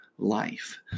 Life